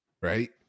Right